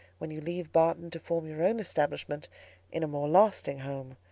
when you leave barton to form your own establishment in a more lasting home,